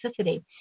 toxicity